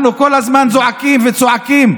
אנחנו כך הזמן זועקים וצועקים: